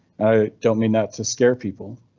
i don't mean not to scare people.